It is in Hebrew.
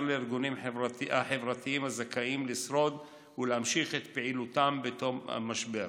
לארגונים החברתיים הזכאים לשרוד ולהמשיך את פעילותם בתום המשבר.